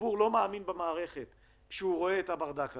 הציבור לא מאמין במערכת כשהוא רואה את הברדק הזה.